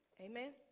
Amen